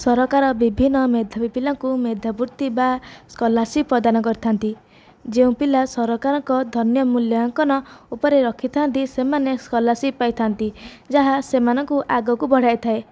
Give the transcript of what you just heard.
ସରକାର ବିଭିନ୍ନ ମେଧାବୀ ପିଲାଙ୍କୁ ମେଧାବୃତ୍ତି ବା ସ୍କଲାରସିପ୍ ପ୍ରଦାନ କରିଥାଆନ୍ତି ଯେଉଁ ପିଲା ସରକାରଙ୍କ ଧନ୍ୟ ମୂଲ୍ୟାଙ୍କନ ଉପରେ ରଖିଥାଆନ୍ତି ସେମାନେ ସ୍କଲାରସିପ୍ ପାଇଥାଆନ୍ତି ଯାହା ସେମାନଙ୍କୁ ଆଗକୁ ବଢ଼ାଇଥାଏ